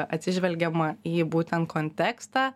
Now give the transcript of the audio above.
atsižvelgiama į būtent kontekstą